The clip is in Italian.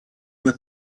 due